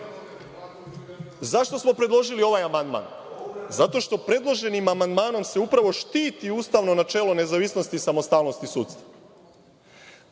smo predložili ovaj amandman? Zato što predloženim amandmanom se upravo štiti ustavno načelo nezavisnosti i samostalnosti sudstva,